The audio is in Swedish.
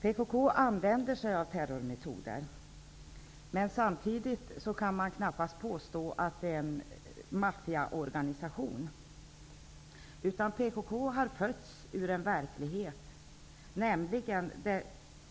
PKK använder sig av terrormetoder, men man kan knappast påstå att det är en maffiaorganisation. PKK har fötts ur en verklighet, nämligen det